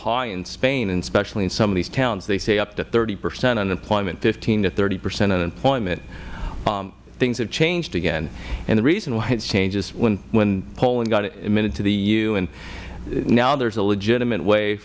high in spain and especially in some of these towns they say up to thirty percent unemployment fifteen to thirty percent unemployment things have changed again and the reason why it has changed is when poland got admitted into the eu now there is a legitimate way